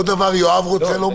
עוד דבר יואב רוצה לומר.